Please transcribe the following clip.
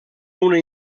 una